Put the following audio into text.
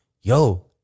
Yo